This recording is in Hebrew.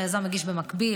היזם הגיש במקביל